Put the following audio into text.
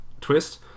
twist